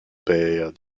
père